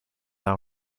our